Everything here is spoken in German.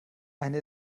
eine